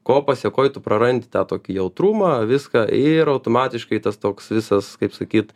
ko pasekoj tu prarandi tą tokį jautrumą viską ir automatiškai tas toks visas kaip sakyt